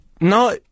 No